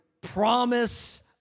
promise